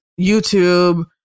YouTube